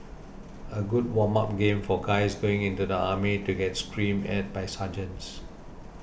a good warm up game for guys going into the army to get screamed at by sergeants